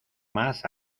más